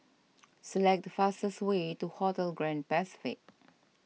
select the fastest way to Hotel Grand Pacific